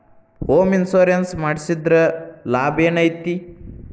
Home insurance ಮಡ್ಸಿದ್ರ ಲಾಭೆನೈತಿ?